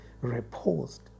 Reposed